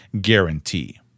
guarantee